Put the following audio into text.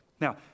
Now